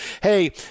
Hey